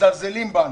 מזלזלים בנו,